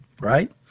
right